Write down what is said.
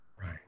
right